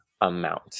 amount